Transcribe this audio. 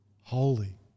holy